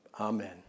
Amen